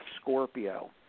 Scorpio